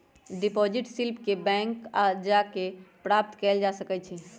deposit slip के bank जा कऽ प्राप्त कएल जा सकइ छइ